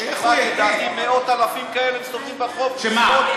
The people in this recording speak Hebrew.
יש לדעתי מאות אלפים כאלה מסתובבים ברחוב, שמה?